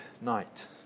night